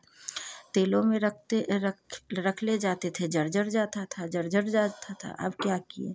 तेलो में रखते रख रखते जाते थे जल जल जाता था जल जल जाता था अब क्या किए